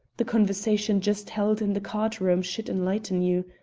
the conversation just held in the card-room should enlighten you.